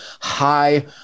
high